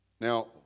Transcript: Now